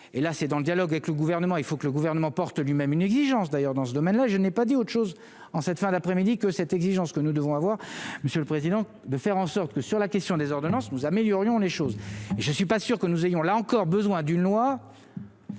et là c'est dans le dialogue avec le gouvernement, il faut que le gouvernement porte lui-même une exigence d'ailleurs dans ce domaine-là, je n'ai pas dit autre chose en cette fin d'après-midi que cette exigence que nous devons avoir monsieur le Président, de faire en sorte que sur la question des ordonnances, nous améliorions les choses, je ne suis pas sûr que nous ayons là encore besoin d'une loi